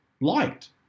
liked